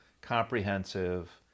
comprehensive